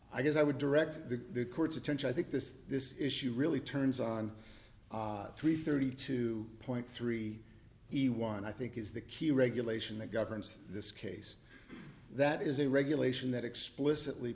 i guess i would direct the court's attention i think this this issue really turns on three thirty two point three the one i think is the key regulation that governs this case that is a regulation that explicitly